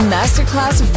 Masterclass